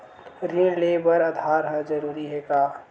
ऋण ले बर आधार ह जरूरी हे का?